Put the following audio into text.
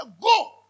go